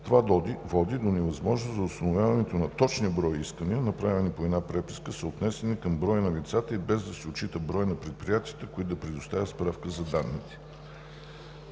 Това води до невъзможност за установяването на точния брой искания, направени по една преписка, съотнесени към броя на лицата и без да се отчита броят на предприятията, които да предоставят справка за данните.